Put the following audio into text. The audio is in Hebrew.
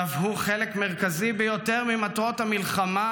שאף הוא חלק מרכזי ביותר ממטרות המלחמה,